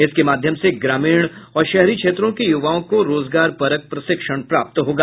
इसके माध्यम से ग्रामीण और शहरी क्षेत्रों के यूवाओं को रोजगारपरक प्रशिक्षण प्राप्त होगा